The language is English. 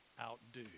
outdo